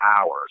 hours